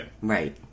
Right